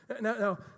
Now